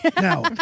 Now